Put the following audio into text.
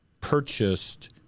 purchased